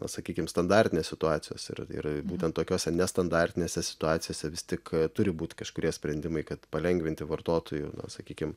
na sakykim standartinės situacijos ir ir būtent tokiose nestandartinėse situacijose vis tik turi būt kažkurie sprendimai kad palengvinti vartotojų na sakykim